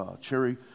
cherry